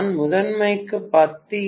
நான் முதன்மைக்கு 10A ஐ வழங்குகிறேன்